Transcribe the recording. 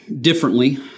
Differently